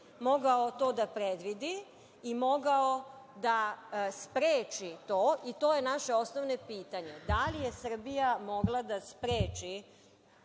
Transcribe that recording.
mogao to da predvidi i mogao da spreči to. To je naše osnovno pitanje – da li je Srbija mogla da spreči